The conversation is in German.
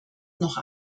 noch